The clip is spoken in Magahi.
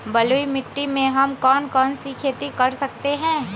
बलुई मिट्टी में हम कौन कौन सी खेती कर सकते हैँ?